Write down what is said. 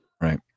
Right